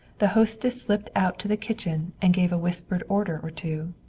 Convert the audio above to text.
the hostess slipped out to the kitchen and gave a whispered order or two.